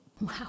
Wow